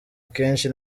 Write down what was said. akenshi